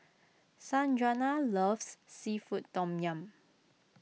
Sanjuana loves Seafood Tom Yum